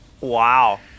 Wow